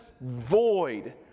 void